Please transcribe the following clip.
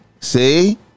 see